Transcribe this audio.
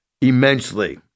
immensely